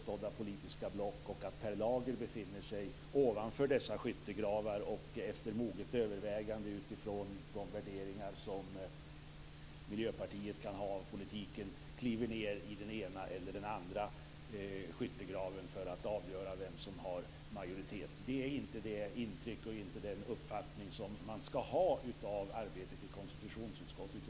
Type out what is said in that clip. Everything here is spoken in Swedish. Det är inte så att Per Lager befinner sig ovanför dessa påstådda skyttegravar och efter moget övervägande utifrån de värderingar som Miljöpartiet kan ha i politiken kliver ned i den ena eller andra skyttegraven för att avgöra vem som har majoritet. Det är inte det intryck och den uppfattning man ska ha av arbetet i konstitutionsutskottet.